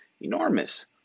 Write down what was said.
enormous